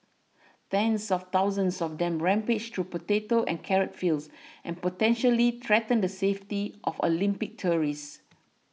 tens of thousands of them rampage through potato and carrot fields and potentially threaten the safety of Olympics tourists